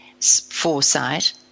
foresight